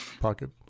pocket